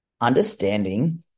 understanding